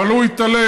אבל הוא התעלם.